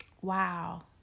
Wow